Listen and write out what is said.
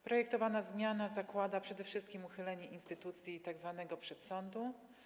Projektowana zmiana zakłada przede wszystkim uchylenie instytucji tzw. przedsądu.